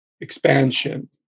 expansion